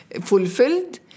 fulfilled